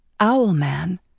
Owlman